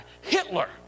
Hitler